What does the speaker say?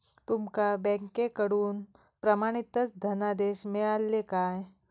तुमका बँकेकडून प्रमाणितच धनादेश मिळाल्ले काय?